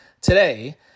today